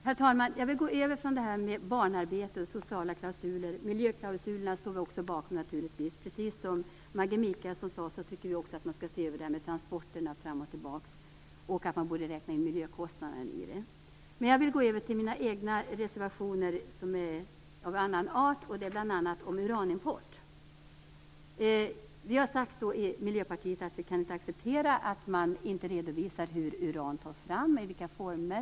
Herr talman! Jag vill gå över från det här med barnarbete och sociala klausuler. Miljöklausulerna står vi också bakom naturligtvis. Precis som Maggi Mikaelsson tycker vi också att man skall se över problemet med transporterna fram och tillbaka och att man borde räkna in miljökostnaderna i dem. Men jag vill gå över till mina egna reservationer som är av annan art. Bl.a. handlar de om uranimport. Vi har sagt i Miljöpartiet att vi inte kan acceptera att man inte redovisar i vilka former uran tas fram.